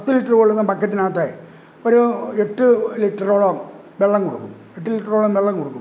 പത്ത് ലിറ്റർ കൊള്ളുന്ന ബക്കറ്റിനകത്ത് ഒരു എട്ട് ലിറ്ററോളം വെള്ളം കൊടുക്കും എട്ട് ലിറ്ററോളം വെള്ളം കൊടുക്കും